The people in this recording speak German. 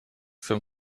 für